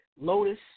Lotus